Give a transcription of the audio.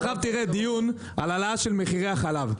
עכשיו תראה דיון על העלאה של מחירי החלב,